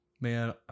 Man